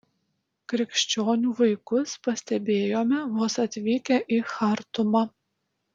krikščionių vaikus pastebėjome vos atvykę į chartumą